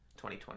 2020